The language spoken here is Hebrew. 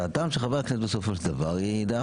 דעתם של חברי הכנסת בסופו של דבר היא דעה חשובה.